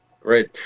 Great